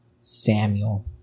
Samuel